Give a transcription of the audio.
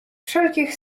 wszelkich